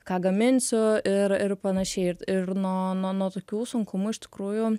ką gaminsiu ir ir panašiai ir ir nuo nuo nuo tokių sunkumų iš tikrųjų